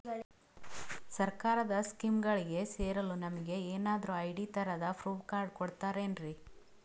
ಸರ್ಕಾರದ ಸ್ಕೀಮ್ಗಳಿಗೆ ಸೇರಲು ನಮಗೆ ಏನಾದ್ರು ಐ.ಡಿ ತರಹದ ಪ್ರೂಫ್ ಕಾರ್ಡ್ ಕೊಡುತ್ತಾರೆನ್ರಿ?